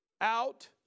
out